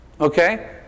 okay